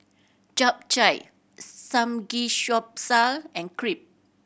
Japchae Samgyeopsal and Crepe